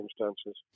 circumstances